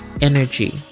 energy